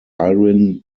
iron